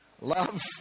Love